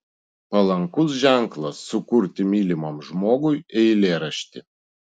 palankus ženklas sukurti mylimam žmogui eilėraštį